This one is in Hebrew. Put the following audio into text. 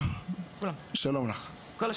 אבל אני רוצה לשאול את רש"א,